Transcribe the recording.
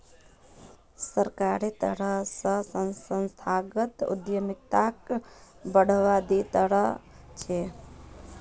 सरकारेर तरफ स संस्थागत उद्यमिताक बढ़ावा दी त रह छेक